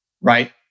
Right